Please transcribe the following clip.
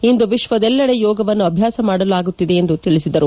ಇಂದು ವಿಶ್ವದೆಲ್ಲೆಡೆ ಯೋಗವನ್ನು ಅಭ್ಯಾಸ ಮಾಡಲಾಗುತ್ತಿದೆ ಎಂದು ತಿಳಿಸಿದರು